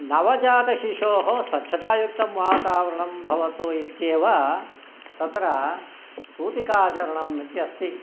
नवजातशिशोः स्वच्छतायुक्तं वातावरणं भवतु इत्येव तत्र सूतिकाचरणम् इति अस्ति